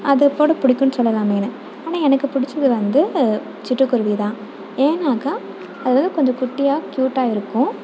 அதுபோட பிடிக்குனு சொல்லலாமேனு ஆனால் எனக்குப் பிடிச்சது வந்து சிட்டுக்குருவியை தான் ஏனாக்கா அதாவது கொஞ்சம் குட்டியாக க்யூட்டாக இருக்கும்